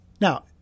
Now